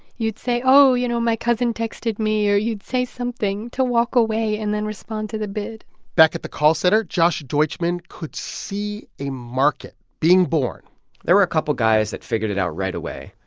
you'd say, oh, you know, my cousin texted me. or you'd say something to walk away and then respond to the bid back at the call center, josh deutschmann could see a market being born there were a couple of guys that figured it out right away.